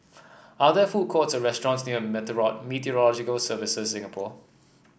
are there food courts or restaurants near Meteorological Services Singapore